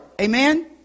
Amen